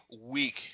week